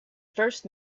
first